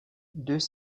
deux